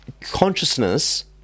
consciousness